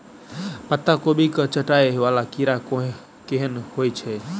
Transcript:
पत्ता कोबी केँ चाटय वला कीड़ा केहन होइ छै?